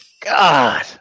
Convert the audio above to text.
God